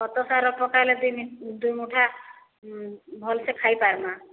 ଖତ ସାର ପକାଇଲେ ଦୁଇ ମୁଠା ଭଲସେ ଖାଇ ପାରମା